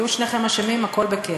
תהיו שניכם אשמים, הכול בכיף.